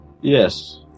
Yes